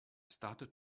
started